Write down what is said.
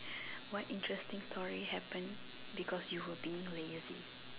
what interesting story happened because you were being lazy